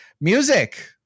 music